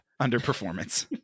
underperformance